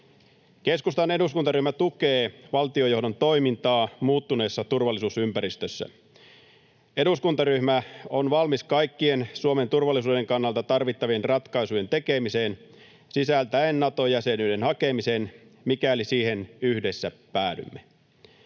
Keskustan eduskuntaryhmä tukee valtiojohdon toimintaa muuttuneessa turvallisuusympäristössä. Eduskuntaryhmä on valmis kaikkien Suomen turvallisuuden kannalta tarvittavien ratkaisujen tekemiseen sisältäen Nato-jäsenyyden hakemisen, mikäli siihen yhdessä päädymme.